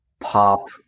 pop